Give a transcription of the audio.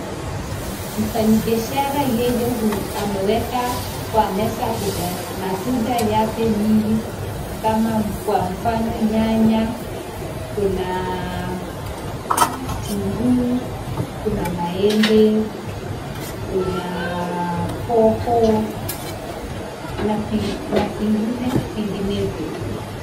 Mfanyibiashara yeye amewekwa kwa mezaa bidhaa matunda yake mingi kama kwa mfano nyanya, kuna vitunguu, kuna maembe, kuna hoho na vingine vinginevyo.